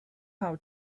how